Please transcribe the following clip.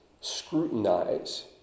scrutinize